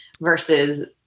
versus